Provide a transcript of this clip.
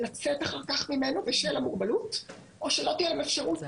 לצאת ממנו אחר כך בשל המוגבלות או שלא תהיה להם אפשרות לדעת,